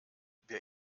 wer